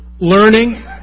learning